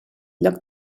lloc